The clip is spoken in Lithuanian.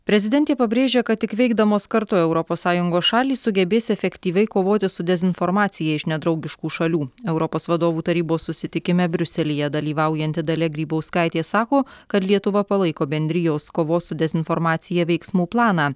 prezidentė pabrėžia kad tik veikdamos kartu europos sąjungos šalys sugebės efektyviai kovoti su dezinformacija iš nedraugiškų šalių europos vadovų tarybos susitikime briuselyje dalyvaujanti dalia grybauskaitė sako kad lietuva palaiko bendrijos kovos su dezinformacija veiksmų planą